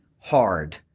hard